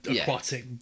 aquatic